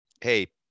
hey